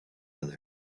other